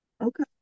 Okay